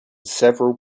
several